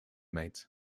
mates